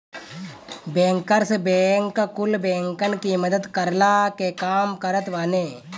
bankers bank कुल बैंकन की मदद करला के काम करत बाने